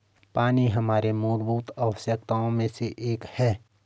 पानी हमारे मूलभूत आवश्यकताओं में से एक है